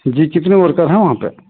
जी कितने वर्कर हैं वहाँ पर